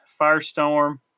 Firestorm